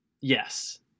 Yes